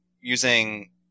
using